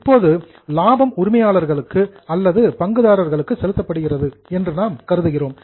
இப்போது லாபம் ஓனர் உரிமையாளர்களுக்கு அல்லது ஷேர்ஹோல்டர்ஸ் பங்குதாரர்களுக்கு செலுத்தப்படுகிறது என்று நாம் அஸ்யூமிங் கருதுகிறோம்